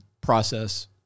process